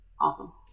awesome